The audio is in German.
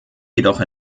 jedoch